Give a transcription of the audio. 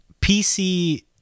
PC